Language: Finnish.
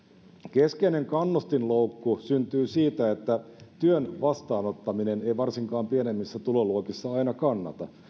keskeinen kannustinloukku syntyy siitä että työn vastaanottaminen ei varsinkaan pienemmissä tuloluokissa aina kannata